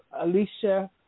Alicia